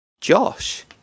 Josh